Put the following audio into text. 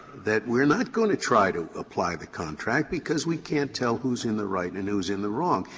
that we're not going to try to apply the contract because we can't tell who's in the right and who's in the wrong,